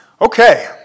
Okay